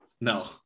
No